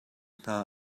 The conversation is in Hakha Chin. hna